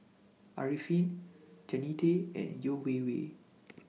Arifin Jannie Tay and Yeo Wei Wei